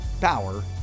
power